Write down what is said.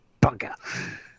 bunker